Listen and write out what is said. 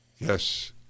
Yes